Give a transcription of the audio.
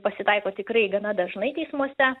pasitaiko tikrai gana dažnai teismuose